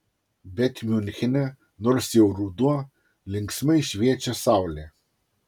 bet miunchene nors jau ruduo linksmai šviečia saulė